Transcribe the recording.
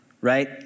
right